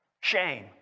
Shame